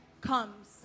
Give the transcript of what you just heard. comes